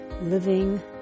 Living